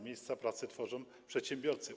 Miejsca pracy tworzą przedsiębiorcy.